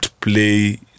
play